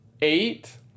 eight